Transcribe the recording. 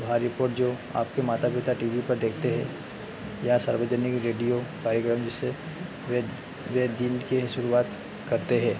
वह रिपोट जो आपके माता पिता टी वी पर देखते हैं या सार्वजनिक रेडियो कार्यक्रम जिससे वे वे दिन की शुरुआत करते हैं